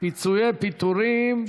פיצויי פיטורים),